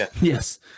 yes